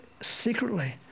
secretly